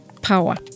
power